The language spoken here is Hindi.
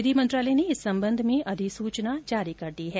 विधि मंत्रालय ने इस संबंध में अधिसूचना जारी कर दी है